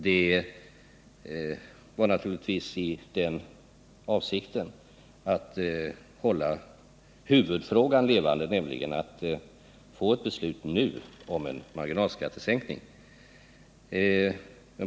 Det skedde naturligtvis i avsikt att hålla huvudfrågan levande, nämligen ett beslut nu om en marginalskattesänkning.